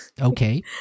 Okay